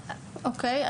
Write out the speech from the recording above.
אוקיי.